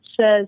says